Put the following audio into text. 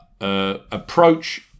approach